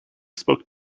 spoke